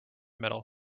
metal